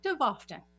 often